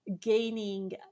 gaining